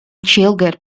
gielgud